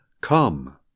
Come